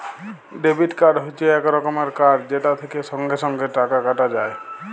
debit card হচ্যে এক রকমের কার্ড যেটা থেক্যে সঙ্গে সঙ্গে টাকা কাটা যায়